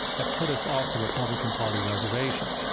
that put us off the republican party reservation.